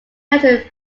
marriage